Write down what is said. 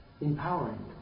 empowering